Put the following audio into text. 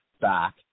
back